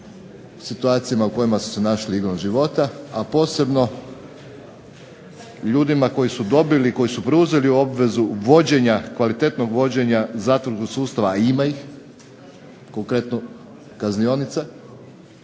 situacijama u kojima su se našli igrom života, a posebno ljudima koji su dobili, koji su preuzeli obvezu vođenja, kvalitetnog vođenja zatvorskog sustava, a ima ih. Konkretno kaznionica.